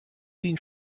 seen